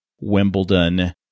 Wimbledon